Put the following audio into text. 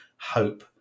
hope